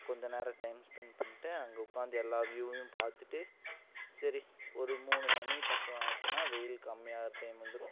கொஞ்சம் நேரம் time spend பண்ணிட்டு அங்கே உட்காந்து எல்லா வியூவையும் பார்த்துட்டு சேரி ஒரு மூணு மணி பக்கம் ஆச்சுனா வெயில் கம்மியாகிற டைம் வந்துடும்